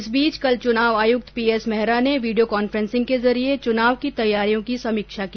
इस बीच कल चुनाव आयुक्त पी एस मेहरा ने वीडियो कॉन्फ्रेंसिंग के जरिए चुनाव की तैयारियों की समीक्षा की